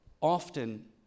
often